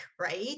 right